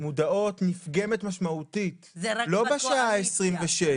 מודעות נפגמת משמעותית לא בשעה ה-26,